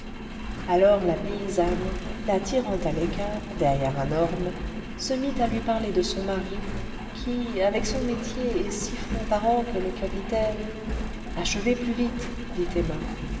alors la paysanne la tirant à l'écart derrière un orme se mit à lui parler de son mari qui avec son métier et six francs par an que le capitaine achevez plus vite dit emma